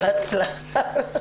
בהצלחה.